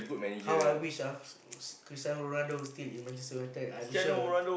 how I wish ah s~ s~ Christiano-Ronaldo still in Manchester-United I am sure